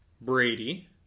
Brady